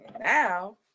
Now